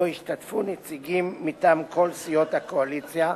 שבו ישתתפו נציגים מטעם כל סיעות הקואליציה,